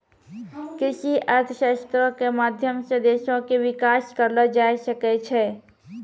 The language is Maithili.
कृषि अर्थशास्त्रो के माध्यम से देशो के विकास करलो जाय सकै छै